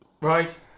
Right